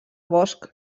bosc